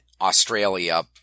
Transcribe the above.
Australia